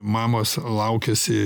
mamos laukiasi